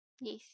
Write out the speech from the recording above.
yes